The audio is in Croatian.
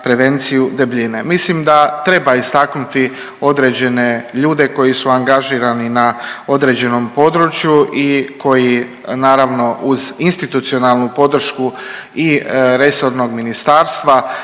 Mislim da treba istaknuti određene ljude koji su angažirani na određenom području i koji naravno uz institucionalnu podršku i resornog ministarstva,